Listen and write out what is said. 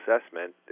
assessment